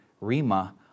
rima